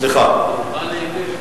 למליאה.